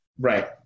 Right